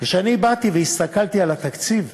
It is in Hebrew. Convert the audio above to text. כשאני באתי והסתכלתי על התקציב,